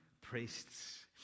priests